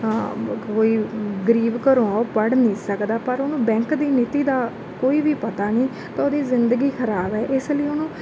ਕੋਈ ਗਰੀਬ ਘਰੋਂ ਉਹ ਪੜ੍ਹ ਨਹੀਂ ਸਕਦਾ ਪਰ ਉਹਨੂੰ ਬੈਂਕ ਦੀ ਨੀਤੀ ਦਾ ਕੋਈ ਵੀ ਪਤਾ ਨਹੀਂ ਤਾਂ ਉਹਦੀ ਜ਼ਿੰਦਗੀ ਖ਼ਰਾਬ ਹੈ ਇਸ ਲਈ ਉਹਨੂੰ